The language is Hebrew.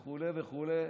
וכו' וכו'.